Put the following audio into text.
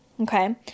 okay